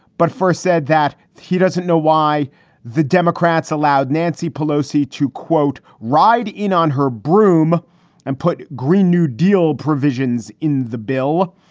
but first said that he doesn't know why the democrats allowed nancy pelosi to, quote, ride in on her broom and put green new deal provisions in the bill.